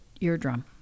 eardrum